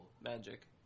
Magic